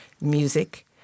music